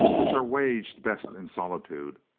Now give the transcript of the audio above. which are waged best in solitude,